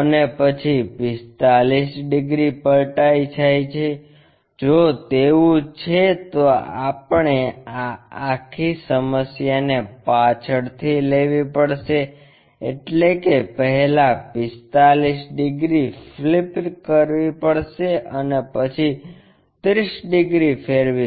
અને પછી 45 ડીગ્રી પલટાઈ જાય છે જો તેવું છે તો આપણે આ આખી સમસ્યાને પાછળ થી લેવી પડશે એટલે કે પહેલા 45 ડિગ્રીથી ફ્લિપ કરવી પડશે અને પછી 30 ડિગ્રી ફેરવીશું